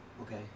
Okay